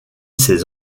ses